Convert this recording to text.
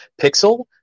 Pixel